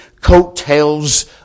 coattails